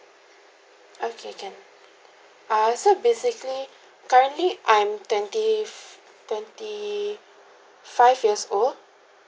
okay can ah so basically currently I'm twenty f~ twenty five years old